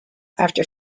after